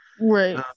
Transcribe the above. Right